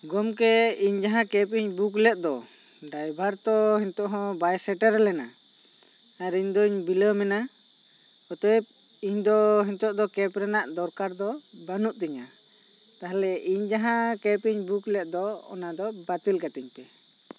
ᱜᱚᱢᱠᱮ ᱤᱧ ᱡᱟᱦᱟᱸ ᱠᱮᱯᱤᱧ ᱵᱩᱠ ᱞᱮᱫᱚ ᱰᱟᱭᱵᱷᱟᱨ ᱛᱚ ᱱᱤᱛᱚᱜ ᱵᱟᱭ ᱥᱮᱴᱮᱨ ᱞᱮᱱᱟ ᱟᱨ ᱤᱧᱫᱩᱧ ᱵᱤᱞᱚᱢ ᱮᱱᱟ ᱚᱛᱚᱭᱮᱵ ᱤᱧ ᱫᱚ ᱱᱤᱛᱚᱜ ᱫᱚ ᱠᱮᱯ ᱨᱮᱱᱟᱜ ᱫᱚᱨᱠᱟᱨ ᱫᱚ ᱵᱟᱹᱱᱩᱜ ᱛᱤᱧᱟ ᱛᱟᱦᱚᱞᱮ ᱤᱧ ᱡᱟᱦᱟᱸ ᱠᱮᱯᱤᱧ ᱵᱩᱠ ᱞᱮᱜᱫᱚ ᱚᱱᱟ ᱫᱚ ᱵᱟᱹᱛᱤᱠ ᱠᱟᱹᱛᱤᱧ ᱯᱮ